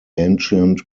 ancient